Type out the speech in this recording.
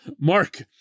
Mark